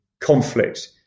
conflict